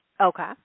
Okay